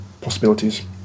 possibilities